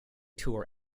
tour